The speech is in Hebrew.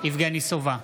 יבגני סובה,